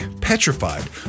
petrified